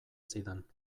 zidan